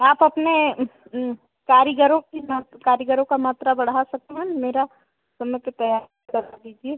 आप अपने कारीगरों की मा कारीगरों की मात्रा बढ़ा सकते हैं मेरा समय पर तैयार करा लीजिए